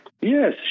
Yes